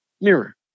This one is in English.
mirror